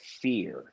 fear